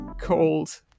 cold